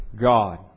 God